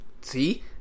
see